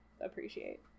appreciate